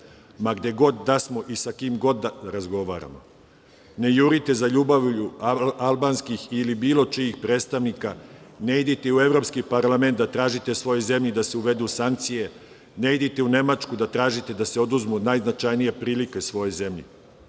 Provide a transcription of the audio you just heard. ma gde god da smo i šta god da razgovaramo. Ne jurite za ljubavlju albanskih ili bilo čijih predstavnika, ne idite u Evropski parlament da tražite svojoj zemlji da se uvedu sankcije, ne idite u Nemačku da tražite da se oduzmu najznačajnije prilike svojoj zemlji.